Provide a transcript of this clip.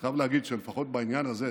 אני חייב להגיד שלפחות בעניין הזה,